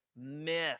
Myth